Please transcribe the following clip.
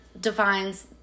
defines